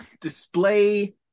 display